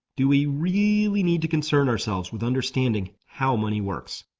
do we really need to concern ourselves with understanding how money works?